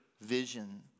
vision